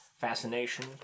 Fascination